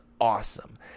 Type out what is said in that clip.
awesome